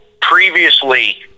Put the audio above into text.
Previously